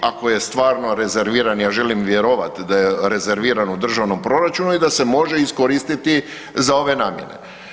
Ako je stvarno rezerviran, ja želim vjerovati da je rezerviran u državnom proračunu i da se može iskoristiti za ove namjene.